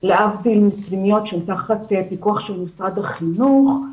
להבדיל מפנימיות תחת פיקוח משרד החינוך,